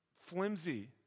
flimsy